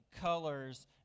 colors